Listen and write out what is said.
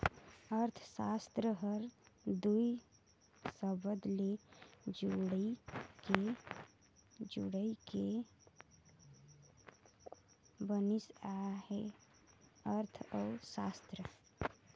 अर्थसास्त्र हर दुई सबद ले जुइड़ के बनिस अहे अर्थ अउ सास्त्र